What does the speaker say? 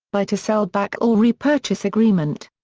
buy to sell back or repurchase agreement.